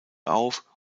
auf